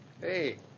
Hey